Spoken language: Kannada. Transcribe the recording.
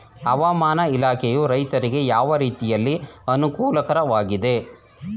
ಹವಾಮಾನ ಇಲಾಖೆಯು ರೈತರಿಗೆ ಯಾವ ರೀತಿಯಲ್ಲಿ ಅನುಕೂಲಕರವಾಗಿದೆ?